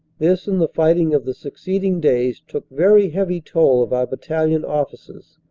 this and the fighting of the succeeding days took very heavy toll of our battalion officers,